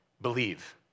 Believe